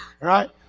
right